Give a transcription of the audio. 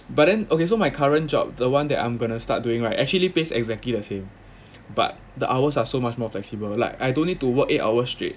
but then okay so my current job the one that I'm gonna start doing right actually pays exactly the same but the hours are so much more flexible like I don't need to work eight hours straight